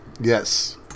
yes